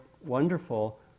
wonderful